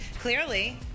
Clearly